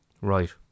Right